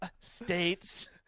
States